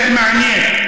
זה מעניין.